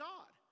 God